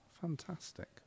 fantastic